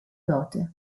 dote